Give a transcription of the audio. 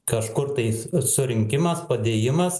kažkurtais surinkimas padėjimas